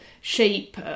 shape